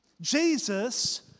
Jesus